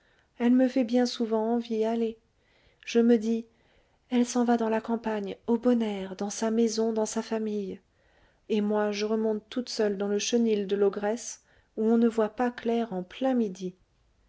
elle me fait bien souvent envie allez je me dis elle s'en va dans la campagne au bon air dans sa maison dans sa famille et moi je remonte toute seule dans le chenil de l'ogresse où on ne voit pas clair en plein midi